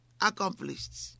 accomplished